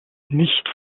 nicht